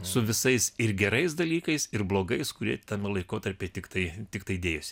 su visais ir gerais dalykais ir blogais kurie tame laikotarpyje tiktai tiktai dėjosi